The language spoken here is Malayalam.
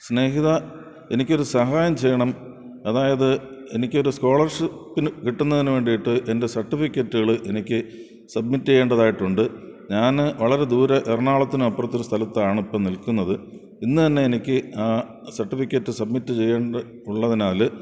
സ്നേഹിതാ എനിക്കൊരു സഹായം ചെയ്യണം അതായത് എനിക്കൊരു സ്കോളർഷിപ്പിന് കിട്ടുന്നതിനു വേണ്ടിയിട്ട് എൻ്റെ സർട്ടിഫിക്കറ്റുകള് എനിക്ക് സബ്മിറ്റെയ്യണ്ടതായിട്ടുണ്ട് ഞാന് വളരെ ദൂരെ എറണാകുളത്തിനപ്പുറത്തൊരു സ്ഥലത്താണിപ്പോള് നിൽക്കുന്നത് ഇന്ന് തന്നെയെനിക്ക് സർട്ടിഫിക്കറ്റ് സബ്മിറ്റ് ചെയ്യേണ്ടതുള്ളതിനാല്